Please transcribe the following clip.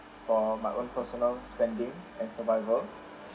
for my own personal spending and survival